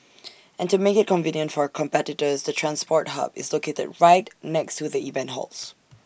and to make IT convenient for competitors the transport hub is located right next to the event halls